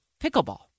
pickleball